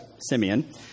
Simeon